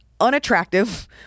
Unattractive